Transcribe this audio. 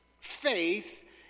Faith